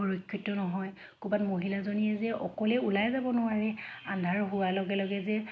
সুৰক্ষিত নহয় ক'ৰবাত মহিলাজনীয়ে যে অকলে ওলাই যাব নোৱাৰে আন্ধাৰ হোৱাৰ লগে লগে যে